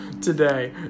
today